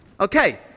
Okay